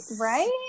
right